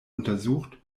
untersucht